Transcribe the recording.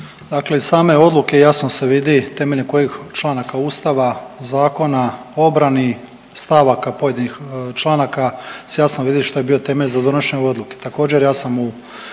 Dakle iz same odluke jasno se vidi temeljem kojeg članaka Ustava, Zakona o obrani, stavaka pojedinih članaka se jasno vidi što je bio temelj za donošenje odluke.